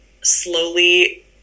slowly